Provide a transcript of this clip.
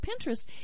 Pinterest